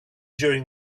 during